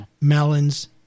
melons